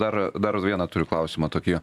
dar dar vieną turiu klausimą tokį